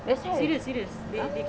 that's why !huh!